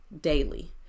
daily